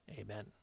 Amen